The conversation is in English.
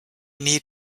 need